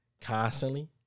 constantly